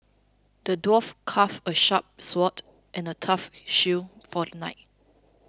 the dwarf crafted a sharp sword and a tough shield for the knight